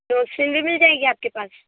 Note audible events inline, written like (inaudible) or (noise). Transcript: (unintelligible) بھی مل جائے گی آپ کے پاس